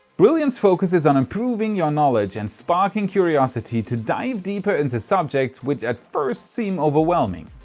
brilliant's focus is on improving your knowledge and sparking curiosity to dive deeper into subjects which at first seem overwhelming.